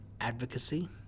advocacy